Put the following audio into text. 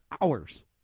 hours